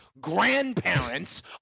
grandparents